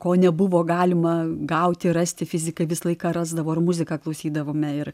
ko nebuvo galima gauti rasti fizikai visą laiką rasdavo ar muziką klausydavome ir